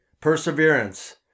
perseverance